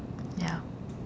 ya